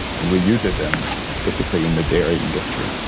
and we use it and basically in the dairy industry.